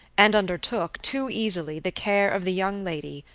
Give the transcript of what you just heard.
and undertook, too easily, the care of the young lady,